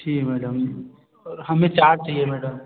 जी madam और हमें चार चाहिए मैडम